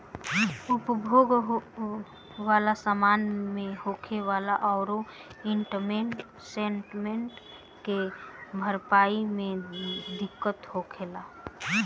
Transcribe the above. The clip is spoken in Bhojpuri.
उपभोग वाला समान मे होखे वाला ओवर इन्वेस्टमेंट के भरपाई मे दिक्कत होला